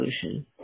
solution